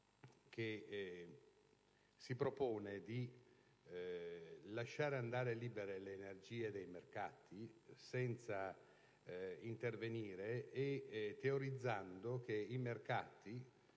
che si propone di lasciare andare libere le energie dei mercati senza intervenire, teorizzando che i mercati